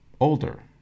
Older